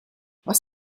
was